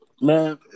Man